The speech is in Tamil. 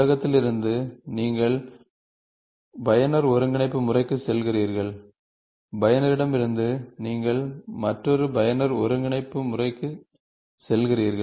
உலகத்திலிருந்து நீங்கள் பயனர் ஒருங்கிணைப்பு முறைக்குச் செல்கிறீர்கள் பயனரிடமிருந்து நீங்கள் மற்றொரு பயனர் ஒருங்கிணைப்பு முறைக்குச் செல்கிறீர்கள்